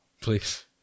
Please